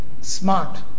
smart